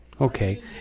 okay